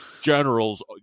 generals